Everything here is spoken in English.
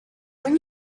when